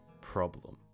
problem